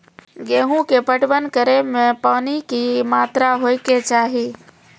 गेहूँ के पटवन करै मे पानी के कि मात्रा होय केचाही?